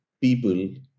people